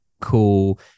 cool